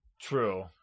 True